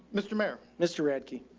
mr mayor, mister radke.